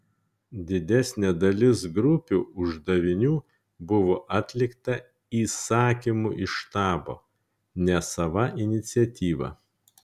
didesnė dalis grupių uždavinių buvo atlikta įsakymu iš štabo ne sava iniciatyva